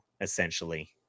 essentially